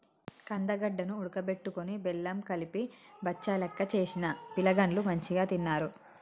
కందగడ్డ ను ఉడుకబెట్టుకొని బెల్లం కలిపి బచ్చలెక్క చేసిన పిలగాండ్లు మంచిగ తిన్నరు